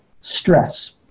stress